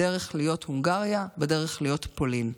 בדרך להיות הונגריה, בדרך להיות פולין.